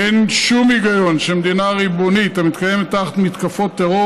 אין שום היגיון שמדינה ריבונית המתקיימת תחת מתקפות טרור